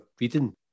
reading